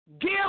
Give